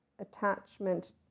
attachment